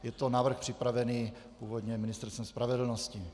Je to návrh připravený původně Ministerstvem spravedlnosti.